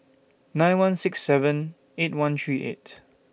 nine one six seven eight one three eight